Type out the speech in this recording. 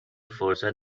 فرصت